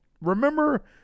Remember